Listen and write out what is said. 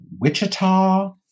wichita